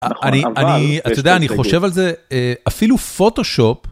אני אני אתה יודע אני חושב על זה אפילו פוטושופ.